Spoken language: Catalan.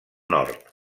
nord